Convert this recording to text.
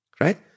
right